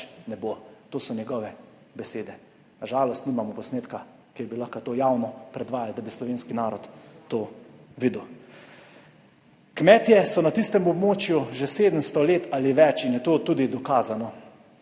ne bo. To so njegove besede. Na žalost nimamo posnetka, ki bi ga lahko javno predvajali, da bi slovenski narod to videl. Kmetje so na tistem območju že 700 let ali več in je to tudi dokazano.